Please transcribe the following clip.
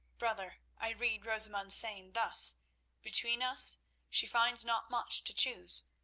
brother, i read rosamund's saying thus between us she finds not much to choose,